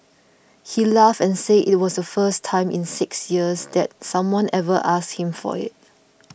he laughed and said it was the first time in six years that someone ever asked him for it